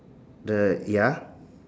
the ya